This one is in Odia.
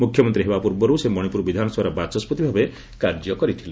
ମୁଖ୍ୟମନ୍ତ୍ରୀ ହେବା ପୂର୍ବରୁ ସେ ମଣିପୁର ବିଧାନସଭାର ବାଚସ୍କତି ଭାବେ କାର୍ଯ୍ୟ କରିଥିଲେ